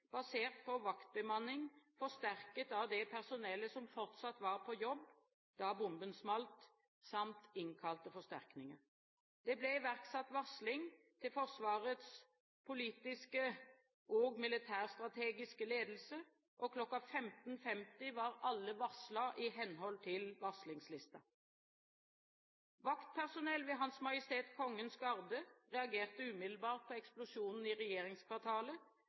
basert på vaktbemanning, forsterket av det personellet som fortsatt var på jobb da bomben smalt, samt innkalte forsterkninger. Det ble iverksatt varsling til Forsvarets politiske og militærstrategiske ledelse, og kl. 15.50 var alle varslet i henhold til varslingslisten. Vaktpersonell ved Hans Majestet Kongens Garde reagerte umiddelbart på eksplosjonen i regjeringskvartalet,